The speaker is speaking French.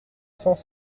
cent